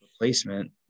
replacement